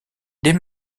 des